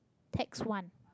text one